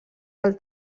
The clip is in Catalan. del